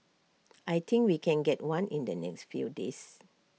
I think we can get one in the next few days